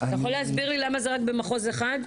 אתה יכול להסביר לי למה זה רק במחוז אחד?